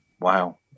wow